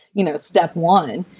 you know, step one.